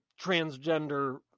transgender